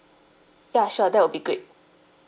ya sure that would be great